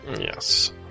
Yes